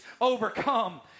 overcome